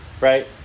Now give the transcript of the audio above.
right